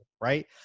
right